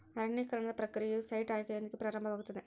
ಅರಣ್ಯೇಕರಣದ ಪ್ರಕ್ರಿಯೆಯು ಸೈಟ್ ಆಯ್ಕೆಯೊಂದಿಗೆ ಪ್ರಾರಂಭವಾಗುತ್ತದೆ